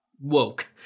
Woke